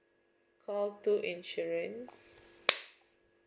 call two insurance